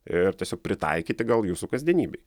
ir tiesiog pritaikyti gal jūsų kasdienybei